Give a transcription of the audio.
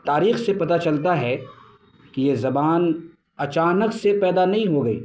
تاریخ سے پتہ چلتا ہے کہ یہ زبان اچانک سے پیدا نہیں ہو گئی